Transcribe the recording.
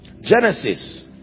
Genesis